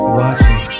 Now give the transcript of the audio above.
watching